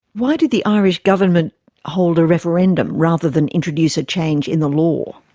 why did the irish government hold a referendum rather than introduce a change in the law?